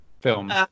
film